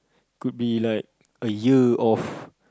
could be like a year of